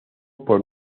por